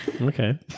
Okay